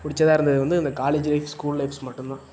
பிடிச்சதா இருந்தது வந்து காலேஜ் லைஃப் ஸ்கூல் லைஃப்ஸ் மட்டும் தான்